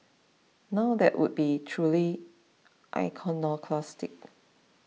now that would be truly iconoclastic